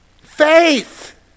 Faith